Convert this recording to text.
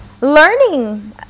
learning